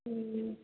हँ